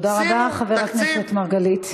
תודה רבה, חבר הכנסת מרגלית.